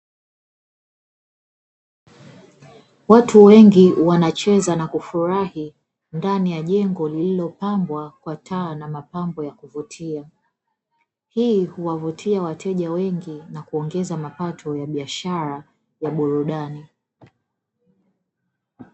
Watu wengi wanacheza na kufurahi ndani ya jengo lililopambwa kwa taa na mapambo ya kuvutia. Hii huwavutia wateja wengi na kuongeza mapato ya biashara ya burudani.